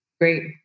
Great